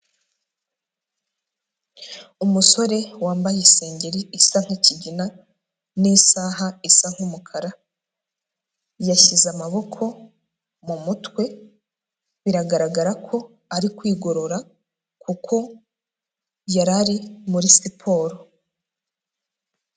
Umusore wambaye isengeri isa nk'ikigina n'isaha isa nk'umukara, yashyize amaboko mu mutwe biragaragara ko ari kwigorora kuko yari ari muri siporo.